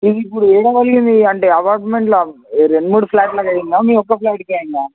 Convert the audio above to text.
ఇది ఇప్పుడు ఏడవళంది అంటే అపార్ట్మెంట్లో రెండు మూడు ఫ్లాట్లకి అయిందా మీ ఒక్క ఫ్లాట్కియందా